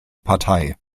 partei